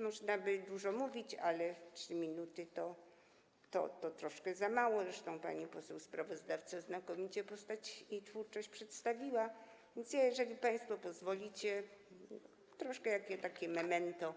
Można by dużo mówić, a 3 minuty to troszkę za mało, zresztą pani poseł sprawozdawca znakomicie jego postać i twórczość przedstawiła, więc ja, jeżeli państwo pozwolicie, jako takie memento,